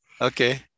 Okay